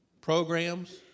programs